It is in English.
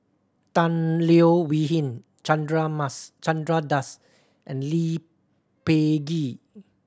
Tan Leo Wee Hin Chandra Mas Chandra Das and Lee Peh Gee